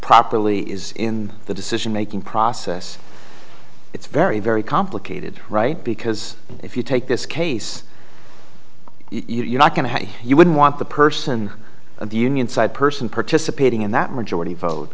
properly is in the decision making process it's very very complicated right because if you take this case you're not going to have you would want the person of the union side person participating in that majority vote